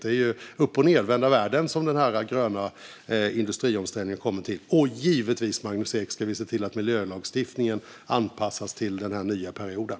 Det är ju uppochnedvända världen som den här gröna industriomställningen har lett till. Och givetvis, Magnus Ek, ska vi se till att miljölagstiftningen anpassas till den här nya perioden.